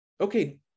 okay